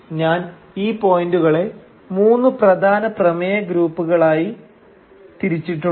ഞാൻ ഈ പോയിന്റുകളെ മൂന്ന് പ്രധാന പ്രമേയ ഗ്രൂപ്പുകളായി തിരിച്ചിട്ടുണ്ട്